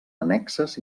annexes